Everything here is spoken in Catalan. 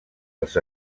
els